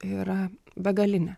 yra begalinė